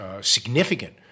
significant